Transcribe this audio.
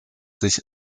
sich